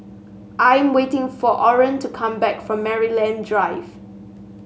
I'm waiting for Orene to come back from Maryland Drive